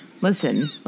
Listen